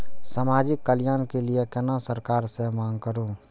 समाजिक कल्याण के लीऐ केना सरकार से मांग करु?